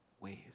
ways